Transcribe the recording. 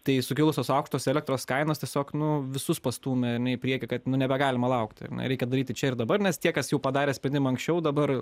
tai sukilusios aukštos elektros kainos tiesiog nu visus pastūmė ar ne į priekį kad nu nebegalima laukti ar ne reikia daryti čia ir dabar nes tie kas jau padarė spedimą anksčiau dabar